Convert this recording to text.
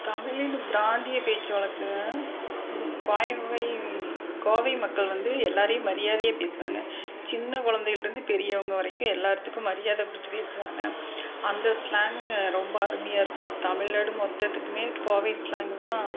தமிழின் பிராந்திய பேச்சு வழக்கு கோவை கோவை மக்கள் வந்து எல்லோரையும் மரியாதையாக பேசுவாங்க சின்ன குழந்தையிலேருந்து பெரியவங்கள் வரைக்கும் எல்லார்த்துக்கும் மரியாதை கொடுத்து பேசுவாங்க அந்த ஸ்லாங்கு ரொம்ப அருமையாக இருக்கும் தமிழ்நாடு மொத்தத்துக்கும் கோவை ஸ்லாங்குதான்